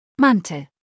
Mantel